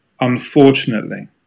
Unfortunately